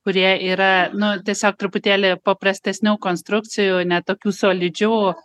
kurie yra nu tiesiog truputėlį paprastesnių konstrukcijų ne tokių solidžių